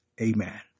Amen